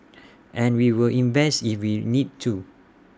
and we will invest if we need to